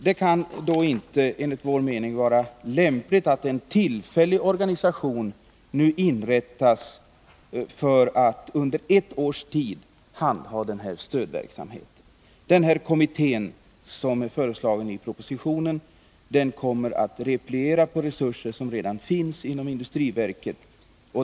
Det kan då inte, enligt vår mening, vara lämpligt att en tillfällig organisation nu inrättas för att under ett års tid handha den här stödverksamheten. Den kommitté som är föreslagen i propositionen kommer att repliera på resurser som redan finns inom industriverket.